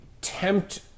tempt